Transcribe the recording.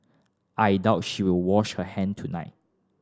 I doubt she will wash her hand tonight